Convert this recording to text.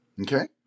Okay